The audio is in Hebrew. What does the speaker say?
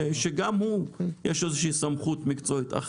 שגם לו יש איזושהי סמכות מקצועית.